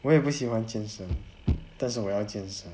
我也不喜欢健身但是我要健身